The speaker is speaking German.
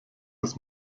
das